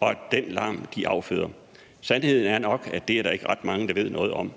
af den larm, de afføder. Sandheden er nok, at det er der ikke ret mange der ved noget om.